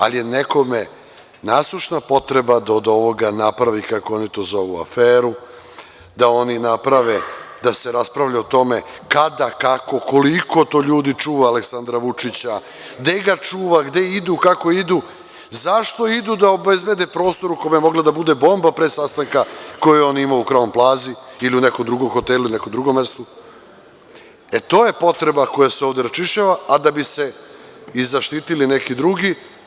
Ali, nekome je nasušna potreba da od ovoga napravi, kako oni to zovu – aferu, da oni naprave da se raspravlja o tome kada, kako, koliko to ljudi čuva Aleksandra Vučića, gde ga čuva, gde idu, kako idu, zašto idu da obezbede prostor u kome je mogla da bude bomba pre sastanka koje je on imao u „Kraun plazi“ ili nekom drugom hotelu ili nekom drugom mestu, e, to je potreba koja se ovde raščišćava, a da bi se zaštitili neki drugi.